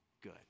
good